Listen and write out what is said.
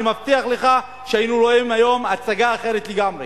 אני מבטיח לך שהיינו רואים היום הצגה אחרת לגמרי,